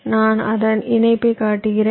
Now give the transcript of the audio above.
நான் அதன் இணைப்பை காட்டுகிறேன்